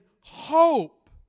hope